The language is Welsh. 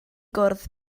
gwrdd